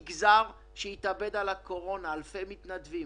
זה מגזר שהתאבד על הקורונה עם אלפי מתנדבים.